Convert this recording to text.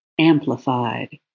amplified